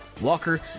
Walker